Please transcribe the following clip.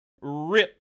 rip